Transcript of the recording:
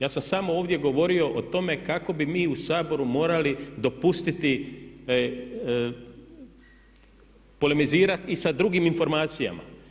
Ja sam samo ovdje govorio o tome kako bi mi u Saboru morali dopustiti polemizirati i sa drugim informacijama.